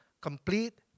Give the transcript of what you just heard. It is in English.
complete